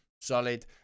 solid